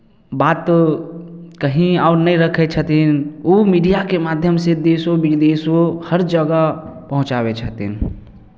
बात कहीँ आओर नहि रखै छथिन ओ मीडियाके माध्यमसँ देशो विदेशो हर जगह पहुँचाबै छथिन